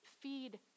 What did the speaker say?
Feed